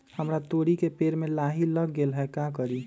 हमरा तोरी के पेड़ में लाही लग गेल है का करी?